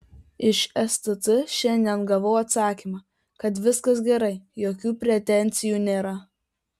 iš stt šiandien gavau atsakymą kad viskas gerai jokių pretenzijų nėra